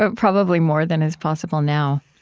ah probably more than is possible now.